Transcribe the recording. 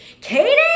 Katie